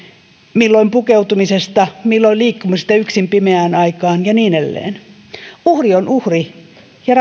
milloin pukeutumisesta milloin liikkumisesta yksin pimeään aikaan ja niin edelleen uhri on uhri ja